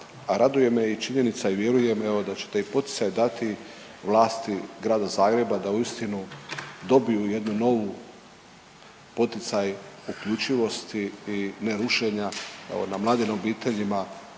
a raduje me i činjenica i vjerujem evo, da ćete i poticaj dati vlasti Grada Zagreba da uistinu dobiju jednu novu poticaj uključivosti i ne rušenja na mladim obiteljima,